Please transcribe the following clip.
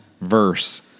verse